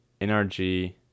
nrg